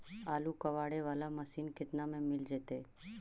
आलू कबाड़े बाला मशीन केतना में मिल जइतै?